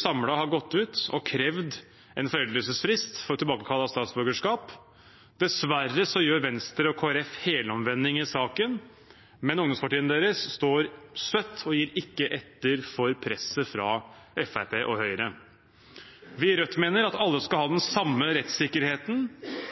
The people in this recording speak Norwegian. samlet har gått ut og krevd en foreldelsesfrist for tilbakekall av statsborgerskap. Dessverre gjør Venstre og Kristelig Folkeparti helomvending i saken, men ungdomspartiene deres står støtt og gir ikke etter for presset fra Fremskrittspartiet og Høyre. Vi i Rødt mener at alle skal ha den samme rettssikkerheten,